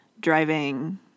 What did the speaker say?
Driving